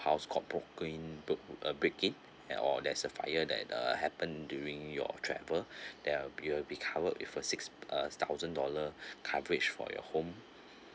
house got broke in uh break in or there's a fire that uh happen during your travel there'll you'll be covered with a six uh thousand dollar coverage for your home